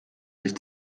sich